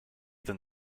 than